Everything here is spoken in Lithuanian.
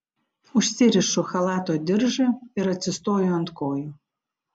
užsirišu chalato diržą ir atsistoju ant kojų